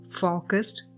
focused